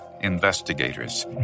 investigators